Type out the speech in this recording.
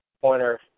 pointer